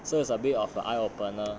so it's a bit of an eye opener